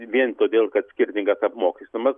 vien todėl kad skirtingas apmokestinimas